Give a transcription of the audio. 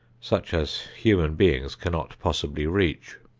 such as human beings cannot possibly reach.